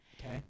Okay